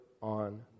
on